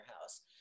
house